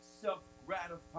self-gratifying